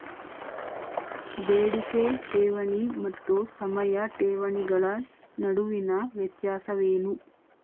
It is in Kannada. ಬೇಡಿಕೆ ಠೇವಣಿ ಮತ್ತು ಸಮಯ ಠೇವಣಿಗಳ ನಡುವಿನ ವ್ಯತ್ಯಾಸವೇನು?